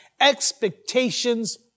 Expectations